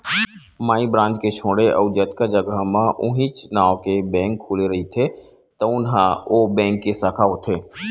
माई branch के छोड़े अउ जतका जघा म उहींच नांव के बेंक खुले रहिथे तउन ह ओ बेंक के साखा होथे